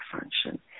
function